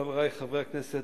חברי חברי הכנסת,